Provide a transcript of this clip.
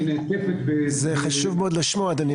כי היא נעטפת --- זה חשוב מאוד לשמוע אדוני,